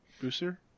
booster